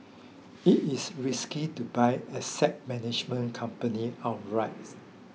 it is risky to buy asset management companies outright